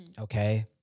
Okay